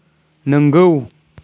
नोंगौ